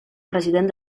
president